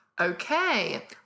okay